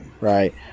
Right